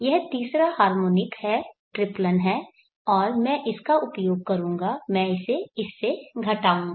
यह तीसरा हार्मोनिक है ट्रिप्लन है और मैं इसका उपयोग करूंगा मैं इसे इससे घटाऊंगा